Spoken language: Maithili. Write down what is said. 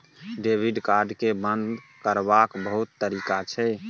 डेबिट कार्ड केँ बंद करबाक बहुत तरीका छै